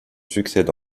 succèdent